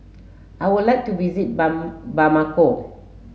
I would like to visit Bamako